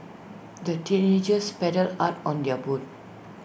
the teenagers paddled hard on their boat